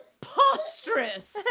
preposterous